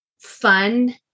fun